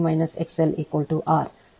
ಆದ್ದರಿಂದ ಅದು ω ω 1 ರಲ್ಲಿದ್ದಾಗ